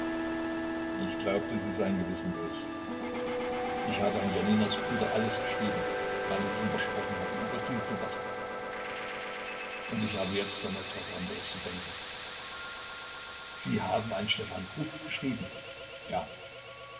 ich glaubte sie seien gewissenlos ich habe an janinas bruder alles geschrieben weil ich ihm versprochen hatte über sie zu wachen und ich habe jetzt an etwas anderes zu denken sie haben an stefan kruk geschrieben ja